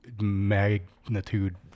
magnitude